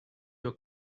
your